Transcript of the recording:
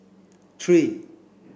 three